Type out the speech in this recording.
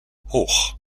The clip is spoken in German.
hoch